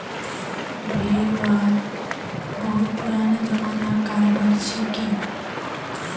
भेड़ वध बहुत पुराना ज़मानार करोबार छिके